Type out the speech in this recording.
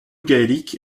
gaélique